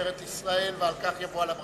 משטרת ישראל, ועל כך יבוא על הברכה.